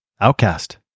outcast